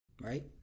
right